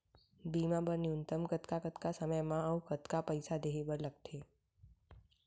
बीमा बर न्यूनतम कतका कतका समय मा अऊ कतका पइसा देहे बर लगथे